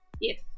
Yes